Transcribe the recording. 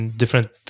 different